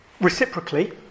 Reciprocally